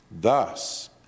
Thus